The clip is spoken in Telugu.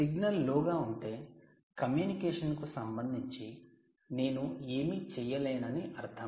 సిగ్నల్ లో గా ఉంటే కమ్యూనికేషన్కు సంబంధించి నేను ఏమీ చేయలేనని అర్థం